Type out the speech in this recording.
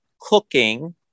cooking